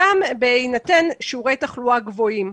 גם בהינתן שיעורי תחלואה גבוהים.